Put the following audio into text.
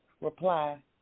reply